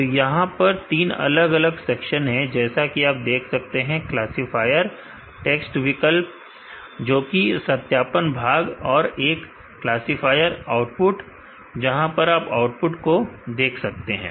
तो यहां पर तीन अलग अलग सेक्शन है जैसा कि आप देख सकते हैं क्लासीफायर टेक्स्ट विकल्प जोकि सत्यापन भाग है और एक क्लासीफायर आउटपुट है जहां पर आप आउटपुट को देख सकते हैं